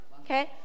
okay